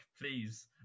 please